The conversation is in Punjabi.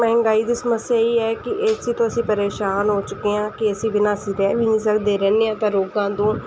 ਮਹਿੰਗਾਈ ਦੀ ਸਮੱਸਿਆ ਇਹੀ ਹੈ ਕਿ ਏਸੀ ਤੋਂ ਅਸੀਂ ਪਰੇਸ਼ਾਨ ਹੋ ਚੁੱਕੇ ਹਾਂ ਕਿ ਏਸੀ ਬਿਨਾਂ ਅਸੀਂ ਰਹਿ ਵੀ ਨਹੀਂ ਸਕਦੇ ਰਹਿੰਦੇ ਹਾਂ ਤਾਂ ਰੋਗਾਂ ਤੋਂ